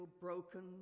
broken